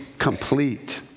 complete